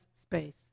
space